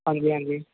ਹਾਂਜੀ ਹਾਂਜੀ